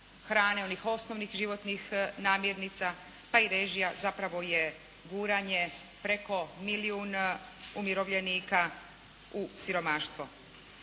hrane, onih osnovnih životnih namirnica pa i režija zapravo je guranje preko milijun umirovljenika u siromaštvo.